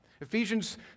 Ephesians